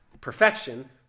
Perfection